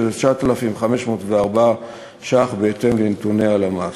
שזה 9,504 ש"ח בהתאם לנתוני הלמ"ס.